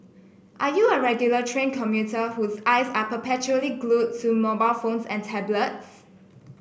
are you a regular train commuter whose eyes are perpetually glued to mobile phones and tablets